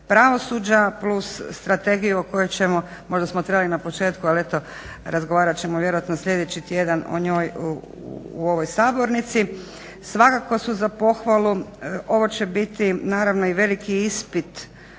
pravosuđa plus strategiju o kojoj ćemo, možda smo trebali na početku ali eto razgovarat ćemo vjerojatno sljedeći tjedan o njoj u ovoj sabornici. Svakako su za pohvalu. Ovo će biti, naravno i veliki ispit